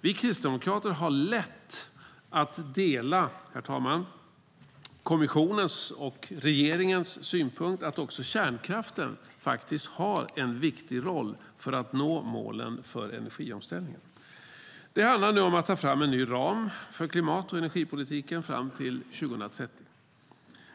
Vi kristdemokrater har lätt att dela kommissionens och regeringens synpunkt att också kärnkraften faktiskt har en viktig roll för att nå målen för energiomställningen. Det handlar nu om att ta fram en ny ram för klimat och energipolitiken fram till 2030.